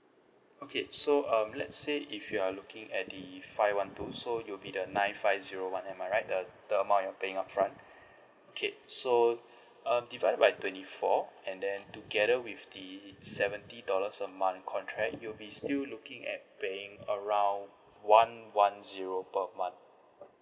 okay so um let's say if you are looking at the five one two so it'll be the nine five zero one am I right the the amount you're paying upfront okay so um divided by twenty four and then together with the seventy dollars a month contract you will be still looking at paying around one one zero per month